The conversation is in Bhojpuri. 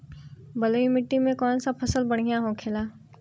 बलुई मिट्टी में कौन फसल बढ़ियां होखे ला?